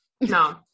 No